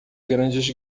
grandes